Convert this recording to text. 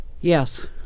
yes